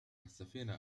السفينة